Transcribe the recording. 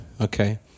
Okay